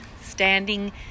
standing